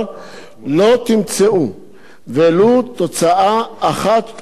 ולו תוצאה אחת על המלים "פרויקט שח"ף".